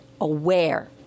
aware